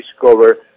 discover